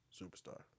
Superstar